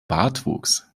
bartwuchs